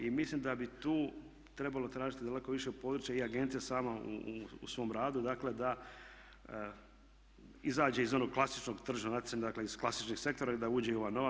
I mislim da bi tu trebalo tražiti daleko više područja i agencija sama u svom radu, dakle da izađe iz onog klasičnog tržnog natjecanja, dakle iz klasičnih sektora i da uđe u ova nova.